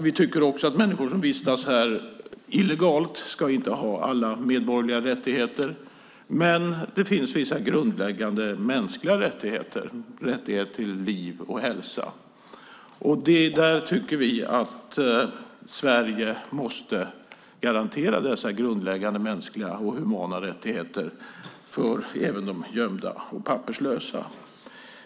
Vi tycker också att människor som vistas här illegalt inte ska ha alla medborgerliga rättigheter. Men det finns vissa grundläggande mänskliga rättigheter, rättighet till liv och hälsa. Där tycker vi att Sverige måste garantera dessa grundläggande mänskliga och humana rättigheter även för de gömda och papperslösa.